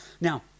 Now